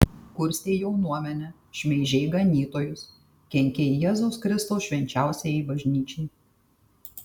kurstei jaunuomenę šmeižei ganytojus kenkei jėzaus kristaus švenčiausiajai bažnyčiai